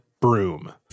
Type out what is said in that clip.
broom